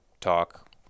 talk